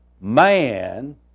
Man